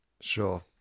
Sure